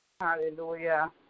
Hallelujah